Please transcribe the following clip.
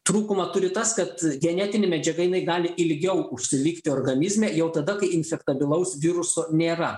trūkumą turi tas kad genetinė medžiaga jinai gali ilgiau užsilikti organizme jau tada kai infektabilaus viruso nėra